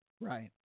Right